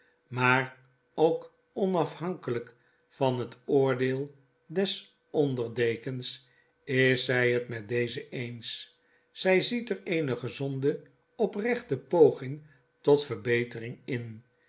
maar ook onafhankelyk van het oordeel des onderdekens is zy het met dezen eens zij ziet er eene gezonde oprechte poging tot verbetering in